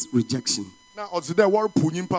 rejection